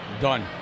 Done